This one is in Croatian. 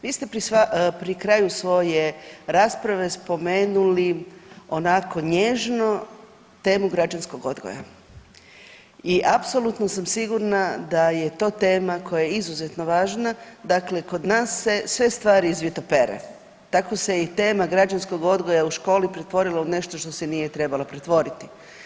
Vi ste pri kraju svoje rasprave spomenuli onako, nježno temu građanskog odgoja i apsolutno sam sigurna da je to tema koja je izuzetno važna, dakle kod nas se sve stvari izvitopere, tako se i tema građanskog odgoja u školi pretvorila u nešto u što se nije trebala pretvoriti.